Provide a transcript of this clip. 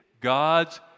God's